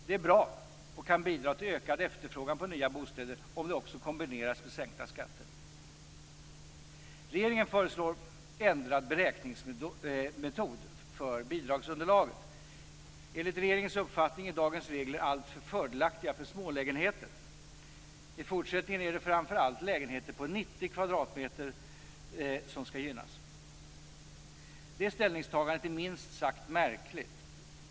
Det är bra och kan bidra till ökad efterfrågan på nya bostäder om det också kombineras med sänkta skatter. Regeringen föreslår ändrad beräkningsmetod för bidragsunderlaget. Enligt regeringens uppfattning är dagens regler alltför fördelaktiga för smålägenheter. I fortsättningen är det framför allt lägenheter på 90 kvadratmeter som skall gynnas. Det ställningstagandet är minst sagt märkligt.